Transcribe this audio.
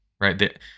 right